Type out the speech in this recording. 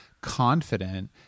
confident